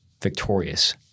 victorious